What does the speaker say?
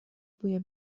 بوی